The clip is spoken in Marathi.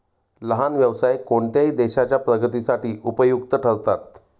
लहान व्यवसाय कोणत्याही देशाच्या प्रगतीसाठी उपयुक्त ठरतात